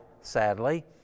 sadly